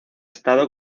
estado